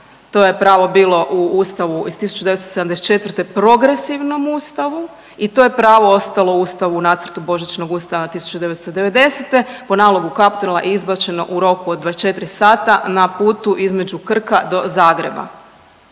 to je pravo bilo u Ustavu iz 1974., progresivnom Ustavu i to je pravo ostalo u Ustavu, nacrtu Božićnog Ustava 1990., po nalogu Kaptola izbačeno u roku od 24 sata na putu između Krka do Zagreba